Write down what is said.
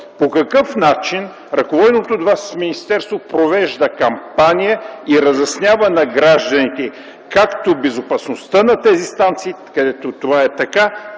по какъв начин ръководеното от Вас министерство провежда кампания и разяснява на гражданите както безопасността на тези станции, където това е така,